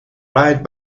right